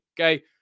Okay